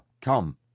come